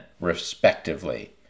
respectively